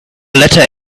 letter